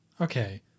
Okay